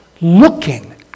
looking